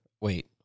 Wait